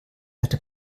alte